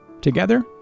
Together